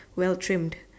well trimmed